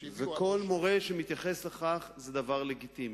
כל מורה שמתייחס לכך, זה דבר לגיטימי.